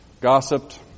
gossiped